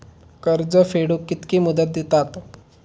कर्ज फेडूक कित्की मुदत दितात?